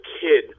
kid